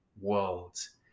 worlds